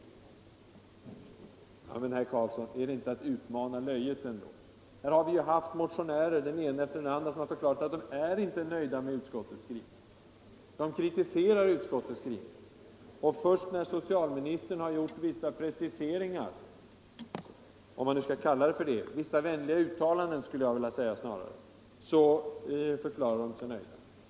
Ja men, herr Karlsson, är det inte att utmana löjet! Den ena motionären efter den andra har ju här förklarat att de inte är nöjda med utskottets skrivning. De kritiserar utskottet och först när socialministern gjort vissa preciseringar — om man skall kalla det så; vissa vänliga uttalanden skulle jag snarare vilja säga — förklarar de sig nöjda.